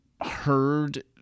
heard